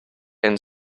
and